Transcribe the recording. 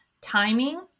timing